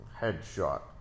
Headshot